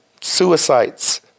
Suicides